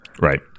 Right